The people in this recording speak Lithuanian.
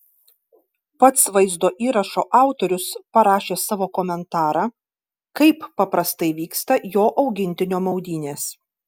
pats vaizdo įrašo autorius parašė savo komentarą kaip paprastai vyksta jo augintinio maudynės